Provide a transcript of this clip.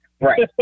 Right